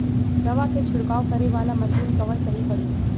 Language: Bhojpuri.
दवा के छिड़काव करे वाला मशीन कवन सही पड़ी?